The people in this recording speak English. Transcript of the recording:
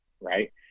right